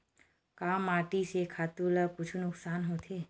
का माटी से खातु ला कुछु नुकसान होथे?